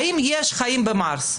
האם יש חיים במארס?